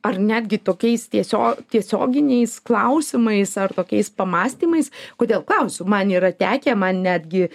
ar netgi tokiais tiesio tiesioginiais klausimais ar tokiais pamąstymais kodėl klausiu man yra tekę man netgi